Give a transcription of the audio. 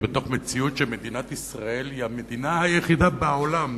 בתוך מציאות שמדינת ישראל היא המדינה היחידה בעולם,